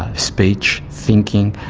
ah speech, thinking,